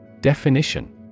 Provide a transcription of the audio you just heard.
Definition